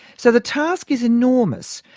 so the task is enormous.